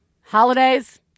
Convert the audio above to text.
holidays